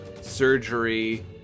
surgery